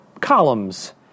columns